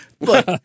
Look